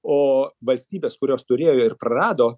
o valstybės kurios turėjo ir prarado